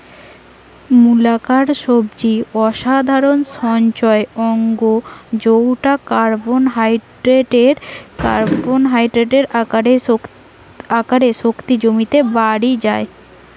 মূলাকার সবজি সাধারণত সঞ্চয় অঙ্গ জউটা কার্বোহাইড্রেটের আকারে শক্তি জমিতে বাড়ি যায়